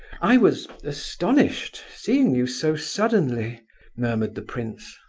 i was astonished, seeing you so suddenly murmured the prince.